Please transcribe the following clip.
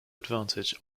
advantage